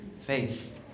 faith